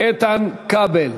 איתן כבל.